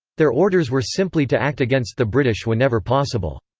their orders were simply to act against the british whenever possible.